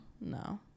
No